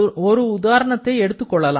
ஒரு உதாரணத்தை எடுத்துக் கொள்வோம்